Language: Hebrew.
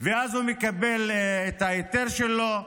ואז הוא מקבל את ההיתר שלו,